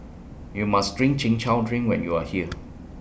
YOU must Try Chin Chow Drink when YOU Are here